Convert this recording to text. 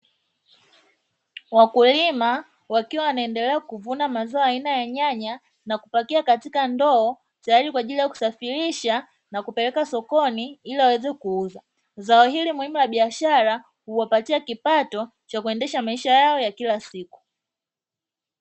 Wakulima wakiendelea kuvuna mazao ya nyanya na kupakia katika ndoo tayari kwa ajili ya kusafirisha na kupeleka sokoni kwa ajili ya kuweza kuuza, zao hili muhimu la biashara huwapatia kipato kwa ajili ya maisha yao ya kila siku.